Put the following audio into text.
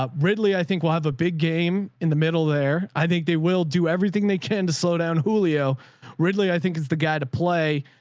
ah ridley. i think we'll have a big game in the middle there. i think they will do everything they can to slow down. julio ridley, i think is the guy to play.